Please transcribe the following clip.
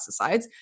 pesticides